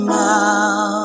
now